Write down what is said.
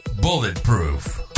bulletproof